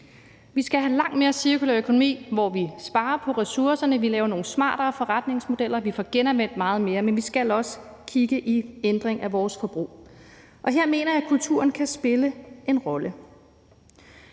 Vi skal have en langt mere cirkulær økonomi, hvor vi sparer på ressourcerne, laver nogle smartere forretningsmodeller og får genanvendt meget mere, men vi skal også kigge på ændring af vores forbrug, og her mener jeg, at kulturen kan spille en rolle.